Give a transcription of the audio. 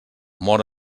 mor